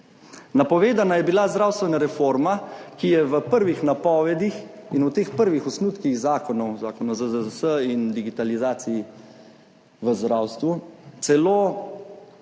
Napovedana je bila zdravstvena reforma, ki je v prvih napovedih in v teh prvih osnutkih zakonov, v zakonu o ZZZS in o digitalizaciji v zdravstvu, celo